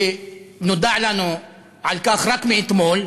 ונודע לנו על כך רק אתמול,